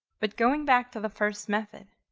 but going back to the first method,